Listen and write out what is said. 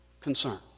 concern